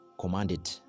commanded